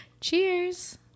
Cheers